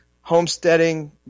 homesteading